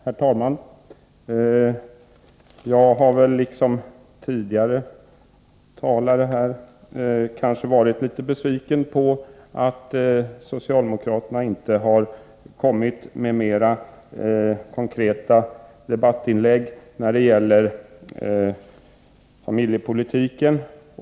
Herr talman! Jag har väl liksom föregående talare varit litet besviken över att socialdemokraterna inte har kommit med mer konkreta debattinlägg beträffande familjepolitiken.